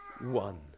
one